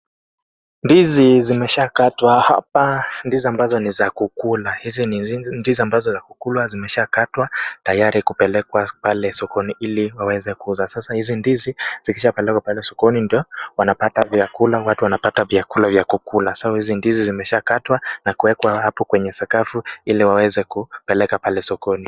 Ndizi zimeshakatwa hapa. Ndizi ambazo ni za kukula, hizi ni ndizi ambazo za kukulwa zimeshakatwa tayari kupelekwa pale sokoni ili waweze kuuza. Sasa hizi ndizi zishapelekwa pale sokoni ndio wanapata vyakula, watu wanapata vyakula vya kukula. Sasa hizi ndizi zimeshakatwa katwa na kuwekwa hapo kwenye sakafu ili waweze kupeleka pale sokoni.